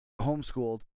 homeschooled